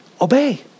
Obey